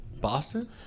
Boston